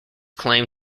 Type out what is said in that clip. claim